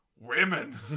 Women